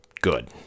good